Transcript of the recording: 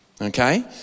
Okay